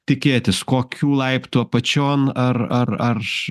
tikėtis kokių laiptų apačion ar ar aš